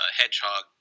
hedgehog